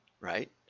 right